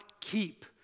keep